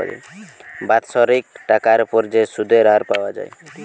বাৎসরিক টাকার উপর যে সুধের হার পাওয়া যায়